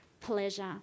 pleasure